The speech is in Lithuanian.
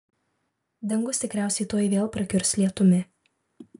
dangus tikriausiai tuoj vėl prakiurs lietumi